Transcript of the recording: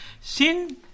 sin